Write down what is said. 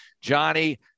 Johnny